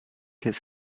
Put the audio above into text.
his